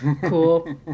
Cool